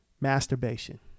masturbation